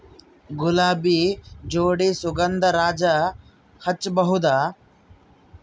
ಗುಲಾಬಿ ಜೋಡಿ ಸುಗಂಧರಾಜ ಹಚ್ಬಬಹುದ?